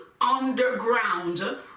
underground